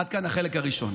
עד כאן החלק הראשון.